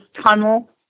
tunnel